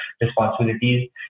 responsibilities